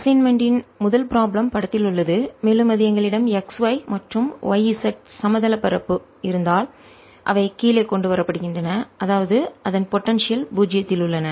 assignment இன் முதல் problem படத்தில் உள்ளது மேலும் அது எங்களிடம் x z மற்றும் y z சமதள பரப்பு தட்டையான பரப்பு இருந்தால் அவை கீழே கொண்டுவரப்படுகின்றன அதாவது அதன் போடன்சியல் பூஜ்ஜியத்தில் உள்ளன